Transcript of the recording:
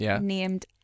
named